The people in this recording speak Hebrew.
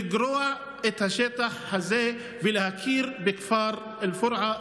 לגרוע את השטח הזה ולהכיר בכפר אל-פורעה.